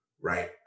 right